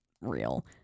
real